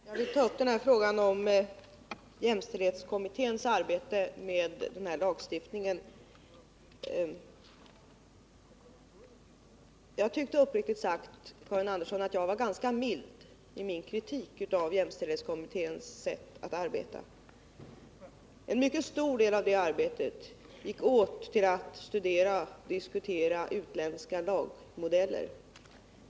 Herr talman! Jag vill ta upp frågan om jämställdhetskommitténs arbete med lagstiftningen. Jag tyckte uppriktigt sagt, Karin Andersson, att jag var ganska mild i min kritik av jämställdhetskommitténs sätt att arbeta. En mycket stor del av det arbetet gick åt till att studera och diskutera utländska lagmodeller.